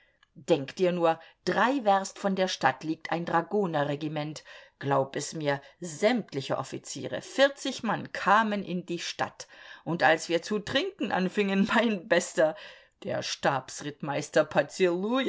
denk dir nur drei werst von der stadt liegt ein dragonerregiment glaub es mir sämtliche offiziere vierzig mann kamen in die stadt und als wir zu trinken anfingen mein bester der